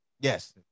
Yes